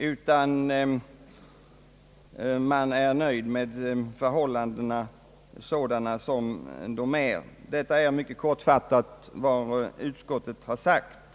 Utskottet är tillfreds med förhållandena sådana de är. Detta är mycket kortfattat vad utskottet har sagt.